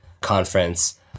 conference